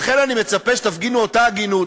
לכן אני מצפה שתפגינו אותה הגינות,